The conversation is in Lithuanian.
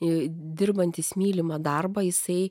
ir dirbantys mylimą darbą jisai